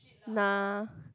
na